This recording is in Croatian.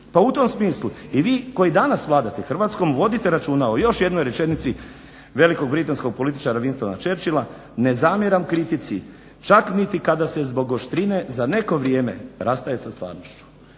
pa u tom smislu i vi koji danas vladate Hrvatskom vodite računa o još jednoj rečenici velikog britanskog političara Winstona Churchila: ne zamjeram kritici čak niti kada se zbog oštrine za neko vrijeme rastaje sa stvarnošću.